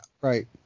right